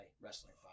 wrestling